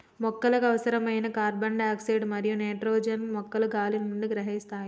మొక్కలకు అవసరమైన carbon dioxide మరియు నైట్రోజన్ ను మొక్కలు గాలి నుండి గ్రహిస్తాయి